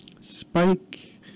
Spike